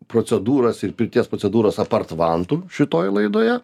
procedūras ir pirties procedūras apart vantų šitoj laidoje